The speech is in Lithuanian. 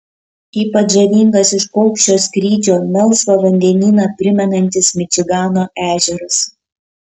ypač žavingas iš paukščio skrydžio melsvą vandenyną primenantis mičigano ežeras